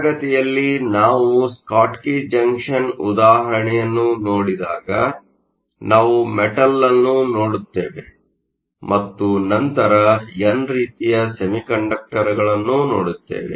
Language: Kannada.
ತರಗತಿಯಲ್ಲಿ ನಾವು ಸ್ಕಾಟ್ಕಿ ಜಂಕ್ಷನ್ ಉದಾಹರಣೆಯನ್ನು ನೋಡಿದಾಗ ನಾವು ಮೆಟಲ್Metal ಅನ್ನು ನೋಡುತ್ತೇವೆ ಮತ್ತು ನಂತರ ಎನ್ ರೀತಿಯ ಸೆಮಿಕಂಡಕ್ಟರ್ಗಳನ್ನು ನೋಡುತ್ತೇವೆ